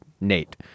Nate